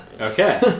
Okay